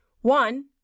One